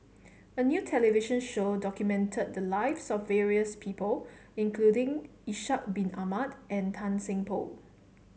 a new television show documented the lives of various people including Ishak Bin Ahmad and Tan Seng Poh